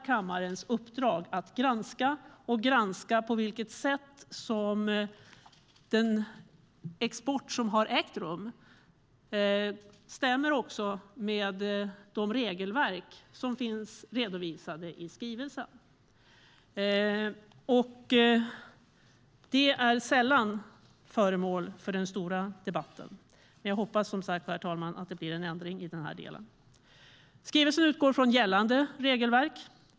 Kammarens uppdrag är ju att granska på vilket sätt den export som har ägt rum stämmer med de regelverk som finns redovisade i skrivelsen. Det är sällan föremål för den stora debatten, men jag hoppas som sagt att det blir ändring på det. Skrivelsen utgår från gällande regelverk.